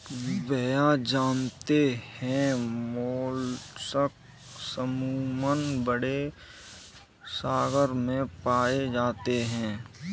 भैया जानते हैं मोलस्क अमूमन बड़े सागर में पाए जाते हैं